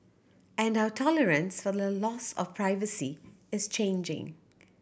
and our tolerance for the loss of privacy is changing